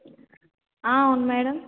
ఆ అవును మేడం